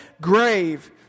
grave